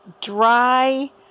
dry